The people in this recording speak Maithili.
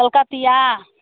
कलकतिया